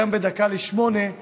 זה היום בדקה ל-20:00,